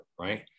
Right